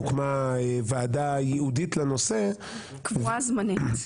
הוקמה ועדה ייעודית לנושא --- קבועה זמנית.